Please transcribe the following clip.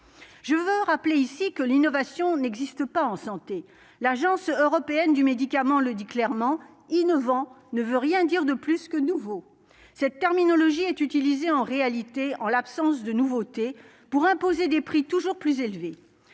je veux rappeler ici que l'innovation n'existe pas en santé, l'agence européenne du médicament, le dit clairement innovants ne veut rien dire de plus que nouveau cette terminologie est utilisé en réalité en l'absence de nouveautés pour imposer des prix toujours plus élevés